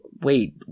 wait